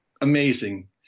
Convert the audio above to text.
amazing